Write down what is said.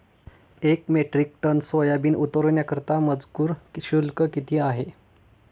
एक metric ton soybean उतरवण्याकरता मजूर शुल्क किती आहे?